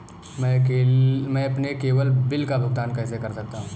मैं अपने केवल बिल का भुगतान कैसे कर सकता हूँ?